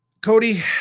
Cody